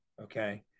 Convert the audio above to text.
Okay